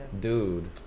dude